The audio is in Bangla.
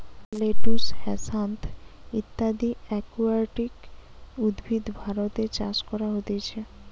লেটুস, হ্যাসান্থ ইত্যদি একুয়াটিক উদ্ভিদ ভারতে চাষ করা হতিছে